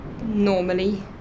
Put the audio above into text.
Normally